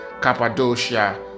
Cappadocia